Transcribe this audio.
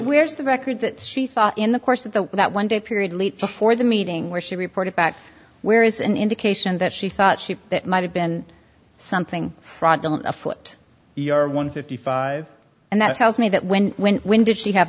where's the record that she saw in the course of the that one day period late before the meeting where she reported back where is an indication that she thought she might have been something afoot here one fifty five and that tells me that when when when did she have